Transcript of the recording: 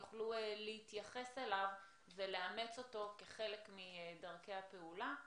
יוכלו להתייחס אליו ולאמץ אותו כחלק מדרכי הפעולה.